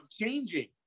changing